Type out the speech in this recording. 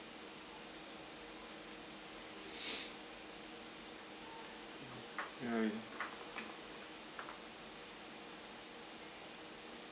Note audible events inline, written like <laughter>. <noise> mm ya